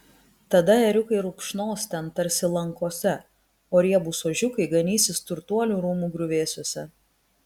tada ėriukai rupšnos ten tarsi lankose o riebūs ožiukai ganysis turtuolių rūmų griuvėsiuose